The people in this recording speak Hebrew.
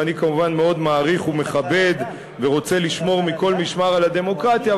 ואני כמובן מאוד מעריך ומכבד ורוצה לשמור מכל משמר על הדמוקרטיה,